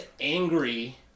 angry